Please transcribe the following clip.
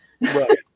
Right